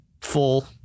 Full